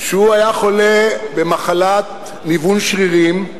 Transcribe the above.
שהיה חולה במחלת ניוון שרירים,